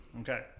Okay